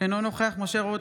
אינו נוכח משה רוט,